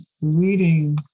reading